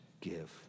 give